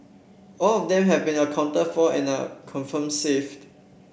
all of them have been accounted for and are confirmed safe